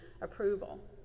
approval